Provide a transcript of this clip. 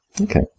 okay